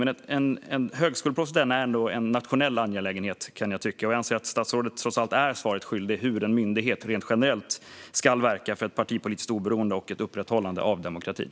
Men jag kan tycka att högskoleprovet ändå är en nationell angelägenhet, och jag anser att statsrådet trots allt är svaret skyldig när det gäller hur en myndighet rent generellt ska verka för ett partipolitiskt oberoende och för ett upprätthållande av demokratin.